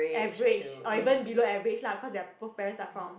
average or even below average lah because their both parents are from